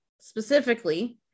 specifically